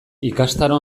ikastaro